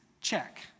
Check